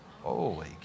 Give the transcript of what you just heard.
Holy